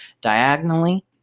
Diagonally